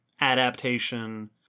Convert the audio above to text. adaptation